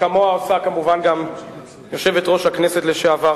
וכמוה עושה כמובן גם יושבת-ראש הכנסת לשעבר,